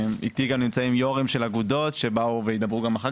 איתי נמצאים גם יושבי ראש של אגודות שבאו וידברו גם אחר